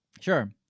Sure